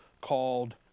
called